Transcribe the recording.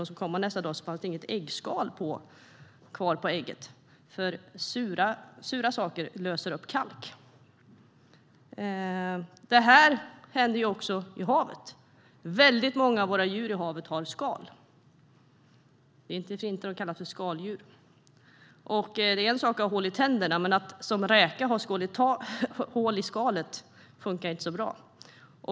När man kom nästa dag fanns det inget äggskal kvar på ägget, för sura saker löser upp kalk. Det händer också i havet. Väldigt många av våra djur i havet har skal. Det är inte för inte de kallas för skaldjur. Det är en sak att ha hål i tänderna. Men att som räka ha hål i skalet funkar inte så bra.